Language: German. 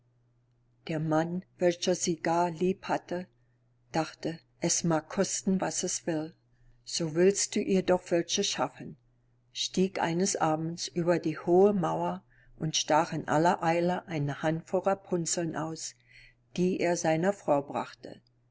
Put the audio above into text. der mann welcher sie gar lieb hatte dachte es mag kosten was es will so willst du ihr doch welche schaffen stieg eines abends über die hohe mauer und stach in aller eile eine hand voll rapunzeln aus die er seiner frau brachte